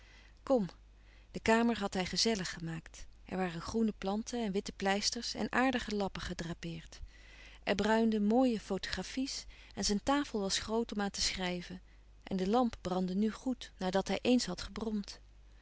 kom de kamer had hij gezellig gemaakt er waren groene planten en witte pleisters en aardige lappen gedrapeerd er bruinden mooie fotografies en zijn tafel was groot om aan te schrijven en de lamp brandde nù goed nadat hij eens had gebromd